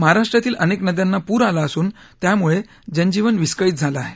महाराष्ट्रातील अनेक नद्यांना पूर आला असून त्यामुळे जनजीवन विस्कळीत झालं आहे